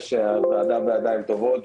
שהוועדה בידיים טובות,